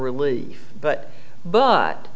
relief but but